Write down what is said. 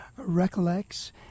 recollects